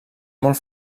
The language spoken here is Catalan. molt